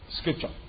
scripture